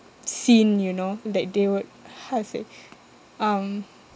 seen you know that they would how to say um